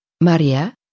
Maria